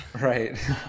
Right